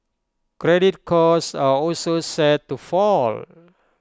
credit costs are also set to fall